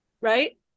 right